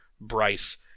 Bryce